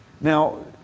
Now